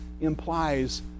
implies